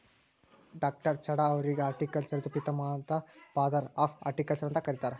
ಡಾ.ಚಢಾ ಅವ್ರಿಗ್ ಹಾರ್ಟಿಕಲ್ಚರ್ದು ಪಿತಾಮಹ ಅಥವಾ ಫಾದರ್ ಆಫ್ ಹಾರ್ಟಿಕಲ್ಚರ್ ಅಂತ್ ಕರಿತಾರ್